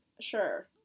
sure